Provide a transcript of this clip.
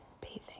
bathing